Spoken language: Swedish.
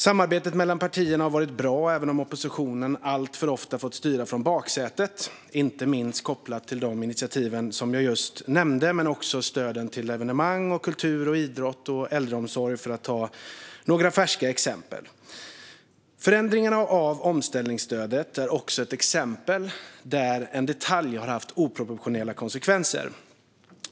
Samarbetet mellan partierna har varit bra, även om oppositionen alltför ofta fått styra från baksätet, inte minst kopplat till de initiativ som jag just nämnde, stöden till evenemang, kultur, idrott och äldreomsorg - några färska exempel. Förändringarna av omställningsstödet är också ett exempel där en detalj har fått oproportionerliga konsekvenser.